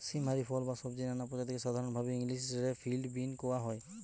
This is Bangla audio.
সীম হারি ফল বা সব্জির নানা প্রজাতিকে সাধরণভাবি ইংলিশ রে ফিল্ড বীন কওয়া হয়